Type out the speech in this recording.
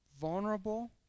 vulnerable